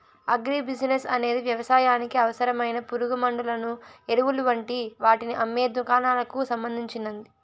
agri business అనేది వ్యవసాయానికి అవసరమైన పురుగుమండులను, ఎరువులు వంటి వాటిని అమ్మే దుకాణాలకు సంబంధించింది